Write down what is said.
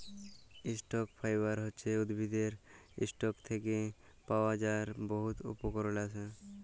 stock fibre হছে উদ্ভিদের ইসটক থ্যাকে পাওয়া যার বহুত উপকরলে আসে